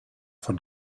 von